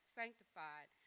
sanctified